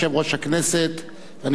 ואני בטוח שהוא יעשה זאת מצוין.